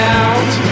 out